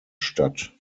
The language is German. statt